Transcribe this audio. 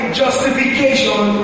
justification